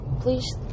please